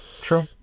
True